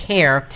Care